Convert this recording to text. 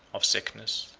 of sickness,